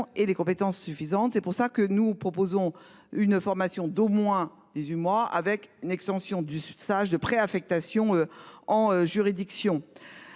et les compétences suffisantes. C'est pour ça. Que nous proposons une formation d'au moins 18 mois avec une extension du stage de pré-affectation en juridiction.